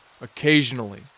occasionally